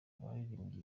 abaririmbyi